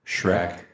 Shrek